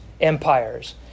empires